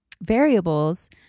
variables